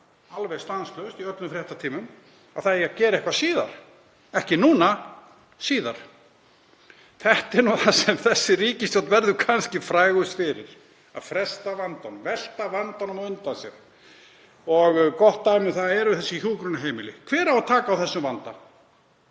alveg stanslaust í öllum fréttatímum, að það eigi að gera eitthvað síðar, ekki núna heldur síðar. Þetta er það sem þessi ríkisstjórn verður kannski frægust fyrir, að fresta vandanum, velta vandanum á undan sér. Gott dæmi um það eru hjúkrunarheimilin. Hver á að taka á þessum vanda?